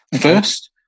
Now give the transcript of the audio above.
First